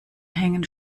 hängen